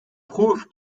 prouve